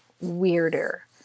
weirder